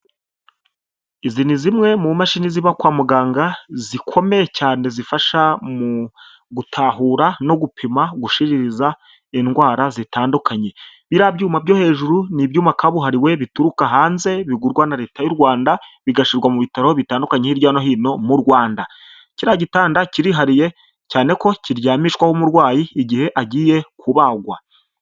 Izi ni zimwe mu mashini ziba kwa muganga zikomeye cyane zifasha mu gutahura no gupima, gushiririza indwara zitandukanye, biriya byuma byo hejuru n' ibyuma kabuhariwe bituruka hanze bigurwa na leta y'u Rwanda bigashyirwa mu bitaro bitandukanye hirya no hino mu Rwanda, kiriya gitanda kirihariye cyane ko kiryamishwaho' umurwayi igihe agiye kubagwa.